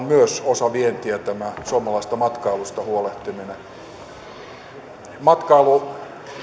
myös tämä suomalaisesta matkailusta huolehtiminen on osa vientiä matkailun